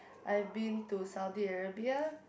I've been to Saudi Arabia